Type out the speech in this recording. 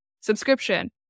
subscription